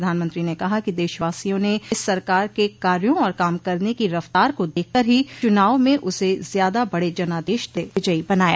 प्रधानमंत्री ने कहा कि देशवासियों ने इस सरकार के कार्यों और काम करने की रफ्तार को देखकर ही चुनाव में उसे ज्यादा बड़े जनादेश से विजयी बनाया